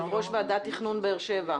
יושב-ראש ועדת תכנון באר שבע.